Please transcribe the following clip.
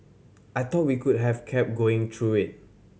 I thought we could have kept going through it